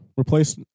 Replace